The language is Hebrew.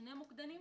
שני מוקדנים,